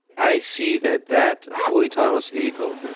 i see that that, a fully autonomous vehicle,